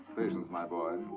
patience, my boy.